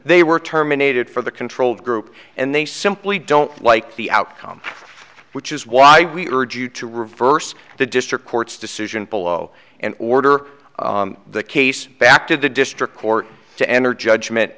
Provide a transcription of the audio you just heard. they were terminated for the control group and they simply don't like the outcome which is why we urge you to reverse the district court's decision below and order the case back to the district court to enter judgment